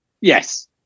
Yes